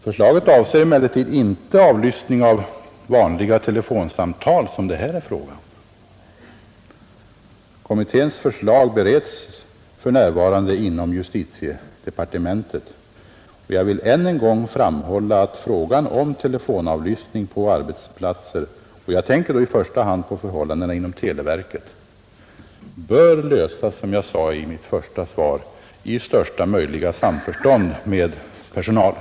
Förslaget avser emellertid inte avlyssning av vanliga telefonsamtal som det här är fråga om. Kommitténs förslag bereds för närvarande inom justitiedepartementet. ud Jag vill än en gång framhålla att frågan om telefonavlyssning på arbetsplatser — jag tänker då i första hand på förhållandena inom televerket — bör lösas, som jag sade i mitt svar, i största möjliga samförstånd med personalen.